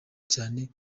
cyane